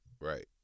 Right